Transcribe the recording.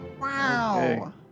Wow